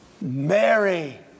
Mary